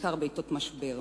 ובעיקר בעתות משבר.